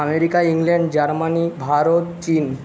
America England Germany Bharat চীন